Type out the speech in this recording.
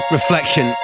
Reflection